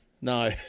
No